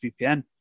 VPN